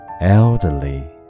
elderly